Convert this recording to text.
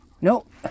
Nope